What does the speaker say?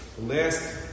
last